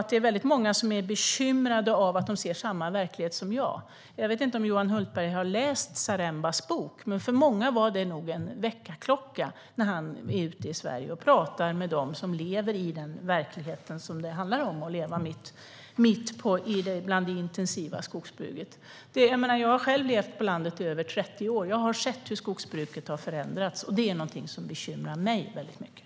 Det är många som är bekymrade över att de ser samma verklighet som jag. Jag vet inte om Johan Hultberg har läst Zarembas bok, men för många blev det nog en väckarklocka när han var ute i Sverige och pratade med dem som lever i den verkligheten mitt i det intensiva skogsbruket. Jag har själv levt på landet i över 30 år, och jag har sett hur skogsbruket har förändrats. Det är något som bekymrar mig mycket.